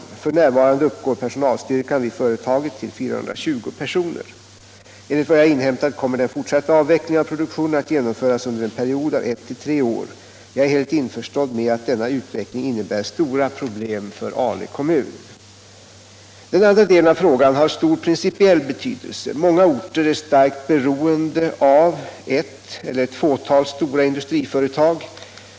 F.n. uppgår personalstyrkan vid företaget till 420 personer. Enligt vad jag inhämtat kommer den fortsatta avvecklingen av produktionen att genomföras under en period av ett till tre år. Jag är helt införstådd med att denna utveckling innebär stora problem för Ale kommun. Den andra delen av frågan har stor principiell betydelse. Många orter är starkt beroende av ett eller ett fåtal stora industriföretag.